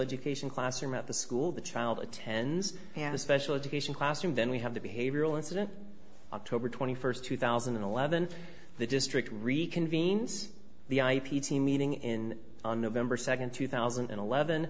education classroom at the school the child attends a special education classroom then we have the behavioral incident october twenty first two thousand and eleven the district reconvenes the i p t meeting in on november second two thousand and eleven